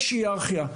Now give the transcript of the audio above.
יש היררכיה.